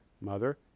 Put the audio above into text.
mother